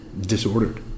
disordered